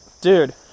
dude